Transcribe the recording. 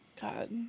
God